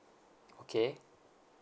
okay